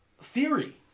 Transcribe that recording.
theory